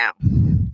now